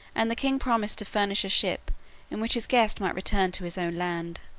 and the king promised to furnish a ship in which his guest might return to his own land.